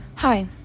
Hi